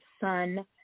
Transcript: son